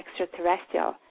extraterrestrial